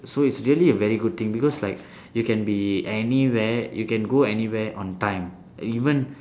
so it's really a very good thing because like you can be anywhere you can go anywhere on time even